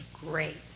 great